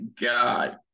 god